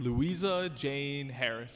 louisa jane harris